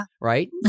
right